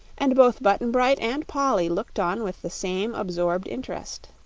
and both button-bright and polly looked on with the same absorbed interest.